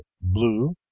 blue